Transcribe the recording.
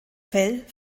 fell